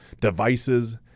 devices